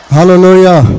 Hallelujah